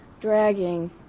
dragging